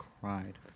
cried